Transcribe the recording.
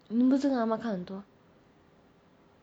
你不是跟阿嫲看很多